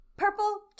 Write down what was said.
Purple